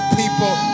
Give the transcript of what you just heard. people